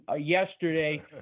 yesterday